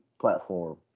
platform